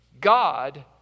God